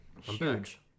Huge